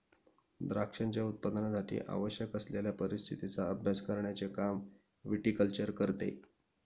द्राक्षांच्या उत्पादनासाठी आवश्यक असलेल्या परिस्थितीचा अभ्यास करण्याचे काम विटीकल्चर करते